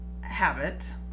habit